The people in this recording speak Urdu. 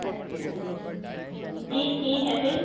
اچھا جی ٹھیک ہے پھر